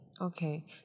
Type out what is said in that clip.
Okay